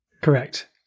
Correct